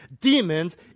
demons